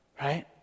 Right